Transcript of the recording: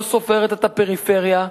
לא סופרת את הפריפריה.